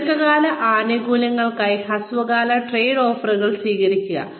ദീർഘകാല ആനുകൂല്യങ്ങൾക്കായി ഹ്രസ്വകാല ട്രേഡ് ഓഫുകൾ സ്വീകരിക്കുക